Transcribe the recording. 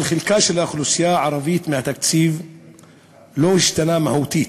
חלקה של האוכלוסייה הערבית בתקציב לא השתנה מהותית.